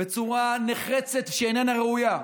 בצורה נחרצת שאיננה ראויה.